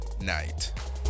night